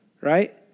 Right